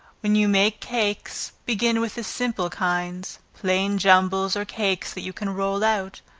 when you make cakes, begin with the simple kinds plain jumbles or cakes that you can roll out,